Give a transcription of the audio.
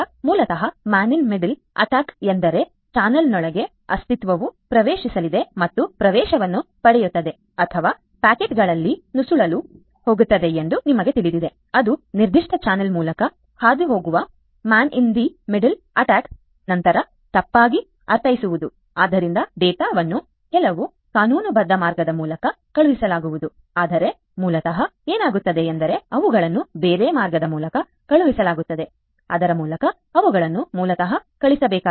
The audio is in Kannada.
ಮೂಲತಃ man in the middle attack ಎಂದರೆ ಚಾನಲ್ನೊಳಗೆ ಅಸ್ತಿತ್ವವು ಪ್ರವೇಶಿಸಲಿದೆ ಮತ್ತು ಪ್ರವೇಶವನ್ನು ಪಡೆಯುತ್ತದೆ ಅಥವಾ ಪ್ಯಾಕೆಟ್ಗಳಲ್ಲಿ ನುಸುಳಲು ಹೋಗುತ್ತದೆ ಎಂದು ನಿಮಗೆ ತಿಳಿದಿದೆ ಅದು ನಿರ್ದಿಷ್ಟ ಚಾನಲ್ ಮೂಲಕ ಹಾದುಹೋಗುವ man in the middle attack ನಂತರ ತಪ್ಪಾಗಿ ಅರ್ಥೈಸುವುದು ಆದ್ದರಿಂದ ಡೇಟಾವನ್ನು ಕೆಲವು ಕಾನೂನುಬದ್ಧ ಮಾರ್ಗದ ಮೂಲಕ ಕಳುಹಿಸಲಾಗುವುದು ಆದರೆ ಮೂಲತಃ ಏನಾಗುತ್ತದೆ ಎಂದರೆ ಅವುಗಳನ್ನು ಬೇರೆ ಮಾರ್ಗದ ಮೂಲಕ ಕಳುಹಿಸಲಾಗುತ್ತದೆ ಅದರ ಮೂಲಕ ಅವುಗಳನ್ನು ಮೂಲತಃ ಕಳುಹಿಸಬೇಕಾಗಿಲ್ಲ